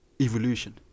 evolution